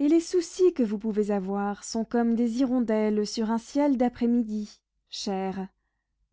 et les soucis que vous pouvez avoir sont comme des hirondelles sur un ciel d'après-midi chère